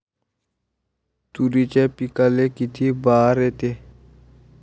तुरीच्या पिकाले किती बार येते?